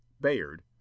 Bayard